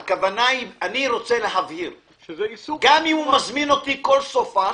אני רוצה להבהיר, גם אם הוא מזמין אותי כל סופ"ש,